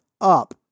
up